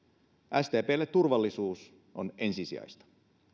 sdplle turvallisuus on ensisijaista